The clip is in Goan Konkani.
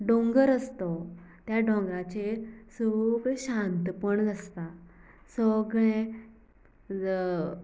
डोंगर आसा तो त्या डोंगराचेर सगळे शांतपण आसतां सगळें